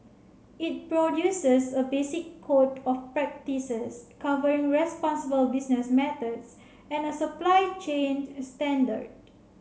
it produces a basic code of practices covering responsible business methods and a supply chain standard